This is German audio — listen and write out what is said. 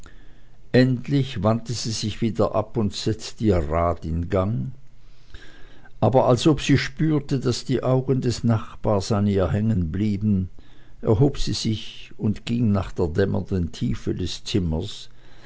endlich wandte sie sich wieder ab und setzte ihr rad in gang aber als ob sie spürte daß die augen des nachbars an ihr hängenblieben erhob sie sich und ging nach der dämmernden tiefe des zimmers